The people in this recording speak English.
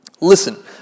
Listen